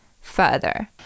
further